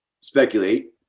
speculate